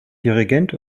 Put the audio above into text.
dirigent